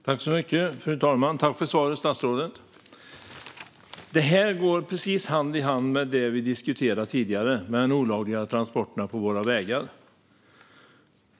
Fru talman! Tack för svaret, statsrådet! Det här går precis hand i hand med det som vi diskuterade tidigare om de olagliga transporterna på våra vägar.